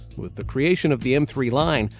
with the creation of the m three line,